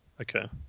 okay